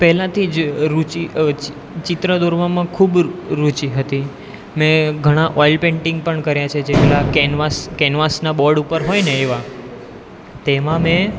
પહેલાંથી જ રુચિ ચિત્ર દોરવામાં ખૂબ રુચિ હતી મેં ઘણા ઓઇલ પેંટિંગ પણ કર્યા છે જેમ આ કેનવાસ કેનવાસના બોર્ડ ઉપર હોયને એવા તેમાં મેં